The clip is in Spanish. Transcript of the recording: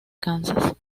kansas